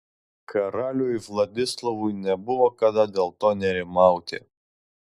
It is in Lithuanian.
karaliui vladislovui nebuvo kada dėl to nerimauti